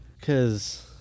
Cause